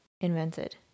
invented